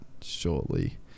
shortly